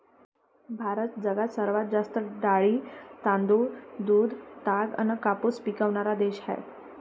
भारत जगात सर्वात जास्त डाळी, तांदूळ, दूध, ताग अन कापूस पिकवनारा देश हाय